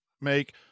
make